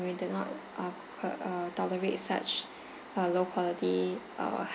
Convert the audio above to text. we do not uh uh uh tolerate such uh low quality uh